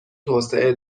توسعه